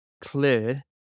clear